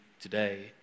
today